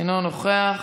אינו נוכח,